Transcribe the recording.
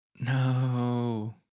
no